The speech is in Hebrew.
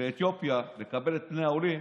לאתיופיה לקבל את פני העולים,